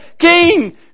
King